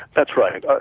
that's right,